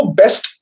best